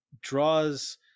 draws